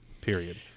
period